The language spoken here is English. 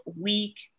week